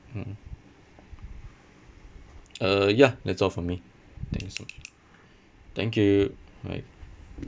mm uh ya that's all for me thank you so thank you bye